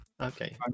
Okay